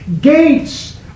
Gates